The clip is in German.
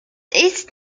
ist